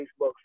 Facebook